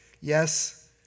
Yes